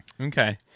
Okay